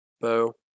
Bo